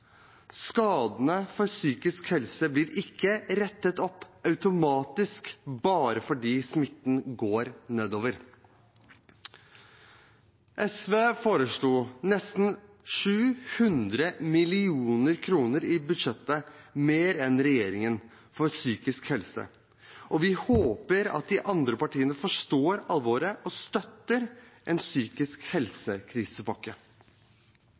Skadene på psykisk helse blir ikke rettet opp automatisk bare fordi smittetallene går nedover. SV foreslo i budsjettet nesten 700 mill. kr mer til psykisk helse enn regjeringen, og vi håper de andre partiene forstår alvoret og støtter en psykisk